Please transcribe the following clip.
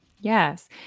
Yes